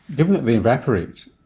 given that they evaporate,